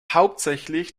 hauptsächlich